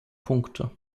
punkte